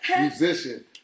musician